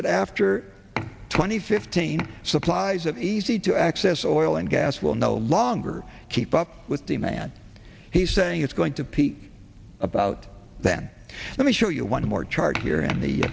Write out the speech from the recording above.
that after twenty fifteen supplies of easy to access oil and gas will no longer keep up with the man he's saying it's going to peak about then let me show you one more chart here in the